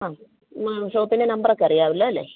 അ മാം ഷോപ്പിലെ നമ്പറൊക്കെ അറിയാമല്ലോ അല്ലെ